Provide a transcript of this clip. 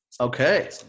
Okay